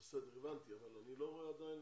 בסדר, הבנתי, אבל אני לא רואה עדיין